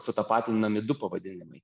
sutapatinami du pavadinimai